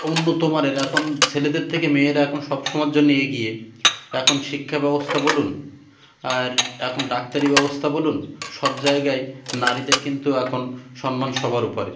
অন্যতম এখন ছেলেদের থেকে মেয়েরা এখন সব সময় জন্য এগিয়ে এখন শিক্ষা ব্যবস্থ্তা বলুন আর এখন ডাক্তারি ব্যবস্থা বলুন সব জায়গায় নারীদের কিন্তু এখন সন্মান সবার উপরে